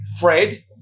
Fred